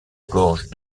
gorge